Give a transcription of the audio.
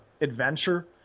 adventure